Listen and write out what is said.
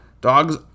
Dogs